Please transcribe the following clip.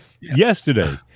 yesterday